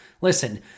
Listen